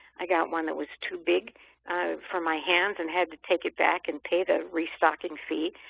i got one that was too big for my hands and had to take it back and pay the restocking fee.